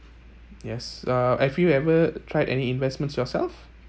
yes uh have you ever tried any investments yourself